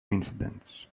incidents